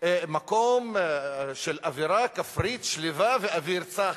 מקום של אווירה כפרית שלווה ואוויר צח,